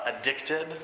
addicted